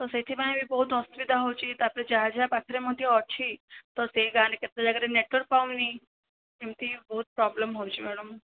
ତ ସେଇଥିପାଇଁ ବି ବହୁତ ଅସୁବିଧା ହେଉଛି ତାପରେ ଯାହା ଯାହା ପାଖରେ ମଧ୍ୟ ଅଛି ତ ସେ ଗାଁ ରେ କେତେ ଜାଗାରେ ନେଟୱର୍କ ପାଉନି ଏମିତି ବହୁତ ପ୍ରୋବ୍ଲେମ ହେଉଛି ମ୍ୟାଡ଼ମ